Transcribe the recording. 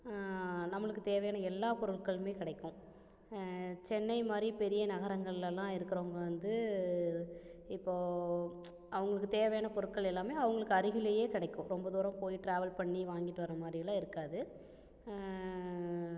நம்மளுக்கு தேவையான எல்லா பொருட்களுமே கிடைக்கும் சென்னை மாதிரி பெரிய நகரங்களெலலாம் இருக்கிறவங்க வந்து இப்போது அவங்களுக்கு தேவையான பொருட்கள் எல்லாமே அவங்களுக்கு அருகிலேயே கிடைக்கும் ரொம்ப தூரம் போய் ட்ராவெல் பண்ணி வாங்கிட்டு வரை மாதிரிலாம் இருக்காது